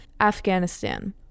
Afghanistan